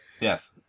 Yes